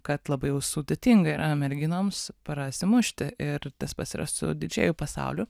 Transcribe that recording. kad labai jau sudėtinga yra merginoms prasimušti ir tas pats yra su didžėjų pasauliu